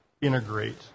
integrate